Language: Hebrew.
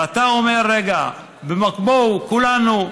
ואתה אומר: רגע, בואו כולנו,